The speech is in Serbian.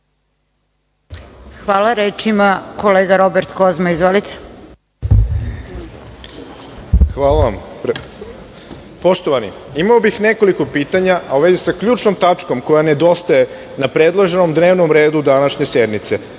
Hvala. Reč ima kolega Robert Kozma. Izvolite. **Robert Kozma** Hvala vam. Poštovani, imao bih nekoliko pitanja, a u vezi sa ključnom tačkom koja nedostaje na predloženom dnevnom redu današnje sednice,